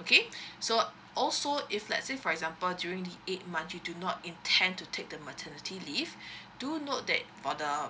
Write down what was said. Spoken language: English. okay so also if let's say for example during the eighth month you do not intend to take the maternity leave do note that for the